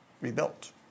rebuilt